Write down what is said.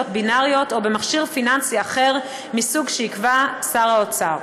בינאריות או במכשיר פיננסי אחר מסוג שיקבע שר האוצר.